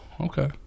Okay